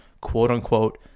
quote-unquote